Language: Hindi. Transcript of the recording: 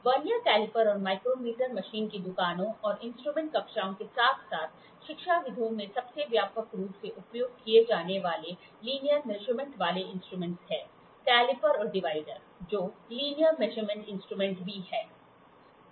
वर्नियर कैलिपर और माइक्रोमीटर मशीन की दुकानों और इंस्ट्रूमेंट कक्षों के साथ साथ शिक्षाविदों में सबसे व्यापक रूप से उपयोग किए जाने वालेलिनियर मेजरमेंटने वाले इंस्ट्रूमेंट हैं कैलिपर्स और डिवाइडर जो लीनियर मेजरमेंट इंस्ट्रूमेंट भी हैं